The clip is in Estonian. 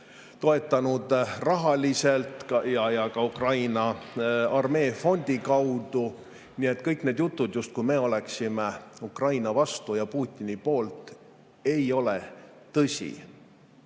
toetanud rahaliselt ja ka Ukraina armee fondi kaudu. Nii et kõik need jutud, justkui me oleksime Ukraina vastu ja Putini poolt, ei ole tõsi. Küll